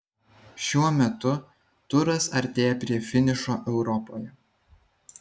šiuo metu turas artėja prie finišo europoje